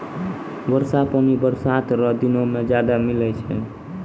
वर्षा पानी बरसात रो दिनो मे ज्यादा मिलै छै